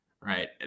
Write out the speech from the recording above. right